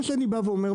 מה שאני בא ואומר,